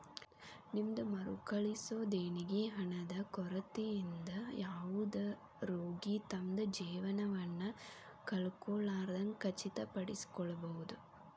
ನಿಮ್ದ್ ಮರುಕಳಿಸೊ ದೇಣಿಗಿ ಹಣದ ಕೊರತಿಯಿಂದ ಯಾವುದ ರೋಗಿ ತಮ್ದ್ ಜೇವನವನ್ನ ಕಳ್ಕೊಲಾರ್ದಂಗ್ ಖಚಿತಪಡಿಸಿಕೊಳ್ಬಹುದ್